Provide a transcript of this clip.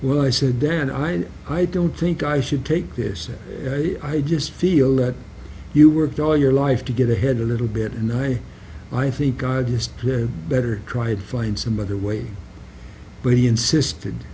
well i said than i i don't think i should take this as a i just feel that you worked all your life to get ahead a little bit and i i think i just better try and find some other way but he insisted